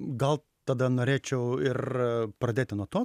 gal tada norėčiau ir pradėti nuo to